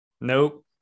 Nope